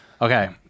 Okay